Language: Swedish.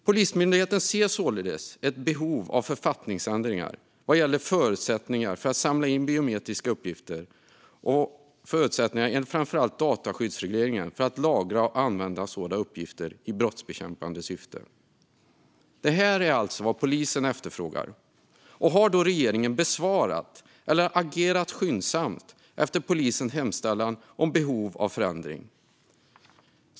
Polismyndigheten ser således ett behov av författningsändringar vad gäller förutsättningarna för att samla in biometriska uppgifter och förutsättningarna enligt framför allt dataskyddsregleringen för att lagra och använda sådana uppgifter i brottsbekämpande syfte. Detta är alltså vad polisen efterfrågar. Har då regeringen besvarat eller agerat skyndsamt efter polisens hemställan om behov av förändring?